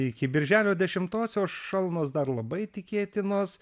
iki birželio dešimtosios šalnos dar labai tikėtinos